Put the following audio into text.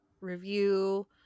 review